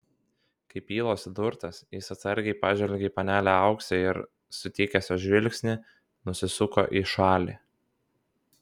kaip ylos įdurtas jis atsargiai pažvelgė į panelę auksę ir sutikęs jos žvilgsnį nusisuko į šalį